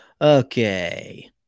Okay